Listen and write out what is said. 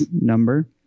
number